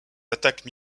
attaques